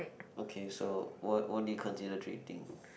okay so what what do you consider cheating